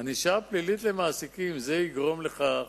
ענישה פלילית למעסיקים, זה יגרום לכך